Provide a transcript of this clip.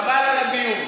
חבל על הדיון.